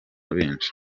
benshi